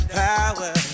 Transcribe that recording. power